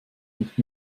nicht